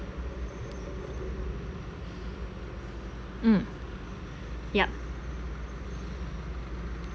mm yup